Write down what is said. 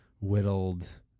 whittled